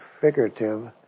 figurative